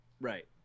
Right